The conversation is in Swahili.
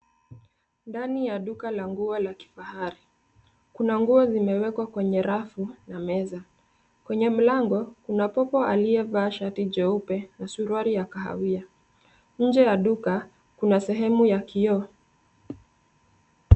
Ndani ya duka la nguo la kifahari, kuna nguo zimewekwa kwenye rafu na meza. Kwenye mlango, kuna popo aliyevaa shati jeupe na suruali ya kahawia. Nje ya duka, kuna sehemu ya kioo.